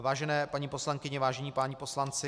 Vážené paní poslankyně, vážení páni poslanci.